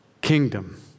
kingdom